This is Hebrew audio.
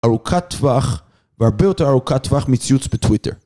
ארוכת טווח והרבה יותר ארוכת טווח מציוץ בטוויטר.